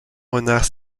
renard